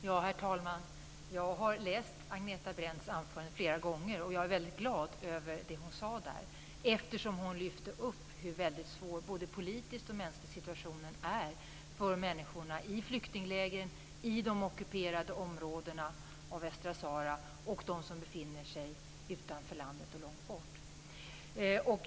Herr talman! Jag har läst Agneta Brendts anförande flera gånger. Jag är också väldigt glad över det hon sade där, eftersom hon lyfte upp hur väldigt svår situationen är, både politiskt och mänskligt, för människorna i flyktinglägren, i de ockuperade områdena av Västsahara och för dem som befinner sig utanför landet.